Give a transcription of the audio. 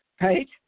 right